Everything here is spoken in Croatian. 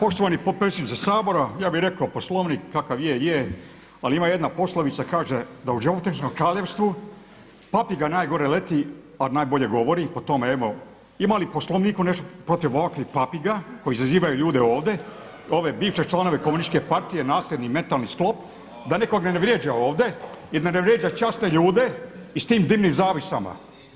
Poštovani potpredsjedniče Sabora, ja bih rekao Poslovnik kakav je je, ali ima jedna poslovica kaže da u životinjskom kraljevstvu papiga najgore leti ali najbolje govori, po tome evo ima li u Poslovniku nešto protiv ovakvih papiga koje izazivaju ljude ovdje, ove bivše članove komunističke partije nasljedni mentalni sklop da nikoga ne vrijeđa ovdje i da ne vrijeđa časne ljude i sa tim dimnim zavjesama?